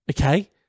Okay